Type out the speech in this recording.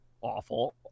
awful